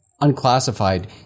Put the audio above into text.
Unclassified